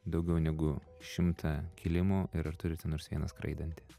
daugiau negu šimtą kilimų ir ar turite nors vieną skraidantį